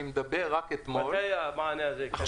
מתי המענה הזה יקרה?